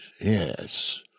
yes